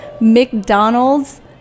McDonald's